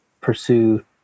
pursue